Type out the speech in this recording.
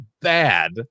bad